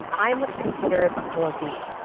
i'm what's considered a four b,